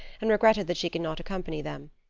and regretted that she could not accompany them.